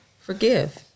Forgive